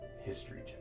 history